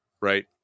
Right